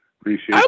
appreciate